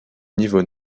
niveau